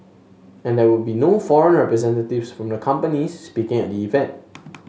and there would be no foreign representatives from the companies speaking at the event